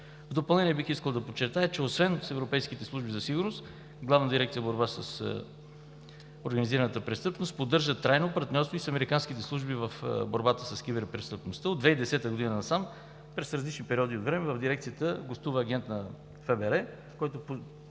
В допълнение бих искал да подчертая, че освен с европейските служби за сигурност, Главна дирекция „Борба с организираната престъпност“ поддържа трайно партньорство и с американските служби в борбата с киберпрестъпността. От 2010 г. насам през различни периоди от време в дирекцията гостува агент на ФБР,